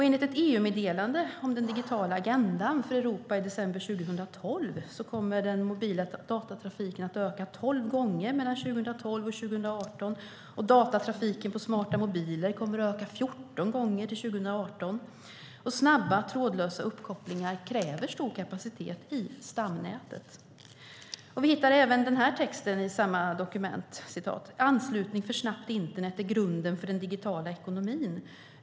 Enligt ett EU-meddelande i december 2012 om den digitala agendan för Europa kommer den mobila datatrafiken att öka 12 gånger mellan 2012 och 2018 och datatrafiken i smarta mobiler kommer att öka 14 gånger till 2018. Och snabba trådlösa uppkopplingar kräver stor kapacitet i stamnätet. Vi hittar även den här texten i samma dokument: Anslutning för snabbt internet är grunden för den digitala ekonomin.